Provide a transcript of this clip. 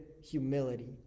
humility